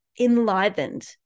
enlivened